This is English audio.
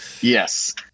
yes